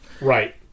right